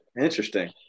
Interesting